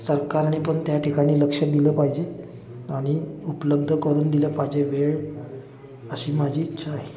सरकारने पण त्या ठिकाणी लक्ष दिलं पाहिजे आणि उपलब्ध करून दिलं पाहिजे वेळ अशी माझी इच्छा आहे